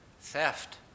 theft